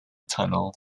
tunnel